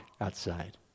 outside